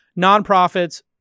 nonprofits